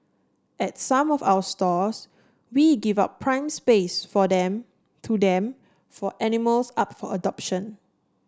at some of our stores we give out prime space for them to them for animals up for adoption